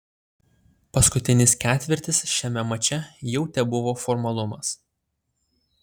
paskutinis ketvirtis šiame mače jau tebuvo formalumas